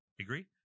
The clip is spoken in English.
agree